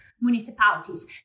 municipalities